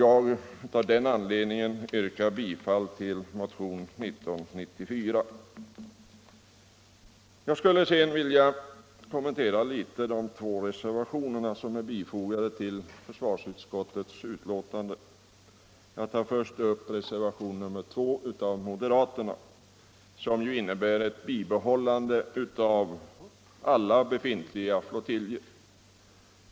Av den anledningen yrkar jag bifall till motionen 1994. Jag skulle sedan något vilja kommentera de två reservationer som är fogade till försvarsutskottets betänkande. I reservationen 2 föreslår moderaterna ett bibehållande av alla befintliga flottiljer.